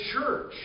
church